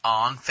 on